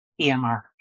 EMR